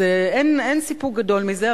אין סיפוק גדול מזה.